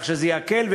כך שזה יקל.